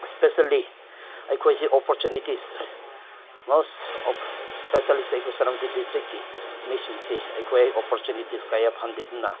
specially ꯑꯩꯈꯣꯏ ꯑꯩꯈꯣꯏꯁꯤ opportunities ꯃꯣꯁ ꯏꯁꯄꯤꯁꯦꯜꯂꯤ ꯑꯩꯈꯣꯏ ꯁꯦꯅꯥꯄꯇꯤ ꯗꯤꯁꯇ꯭ꯔꯤꯛꯀꯤ ꯃꯤꯁꯤꯡꯁꯤ ꯑꯩꯈꯣꯏ ꯑꯣꯄꯣꯔꯆꯨꯅꯤꯇꯤꯁ ꯀꯌꯥ ꯐꯪꯗꯦ ꯑꯗꯨꯅ